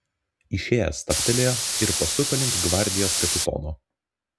išėjęs stabtelėjo ir pasuko link gvardijos kapitono